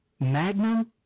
Magnum